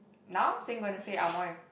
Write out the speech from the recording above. now I'm saying gonna say Amoy